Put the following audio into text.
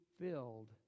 filled